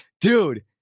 dude